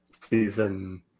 season